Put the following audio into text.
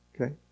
Okay